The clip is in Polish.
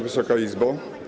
Wysoka Izbo!